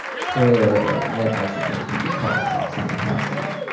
spoiler alert, my advice is not going to be call the cops on your housemate.